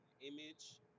image